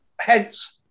hence